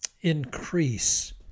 increase